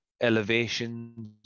elevations